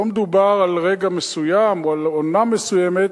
לא מדובר על רגע מסוים או על עונה מסוימת,